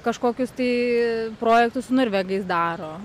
kažkokius tai projektus su norvegais daro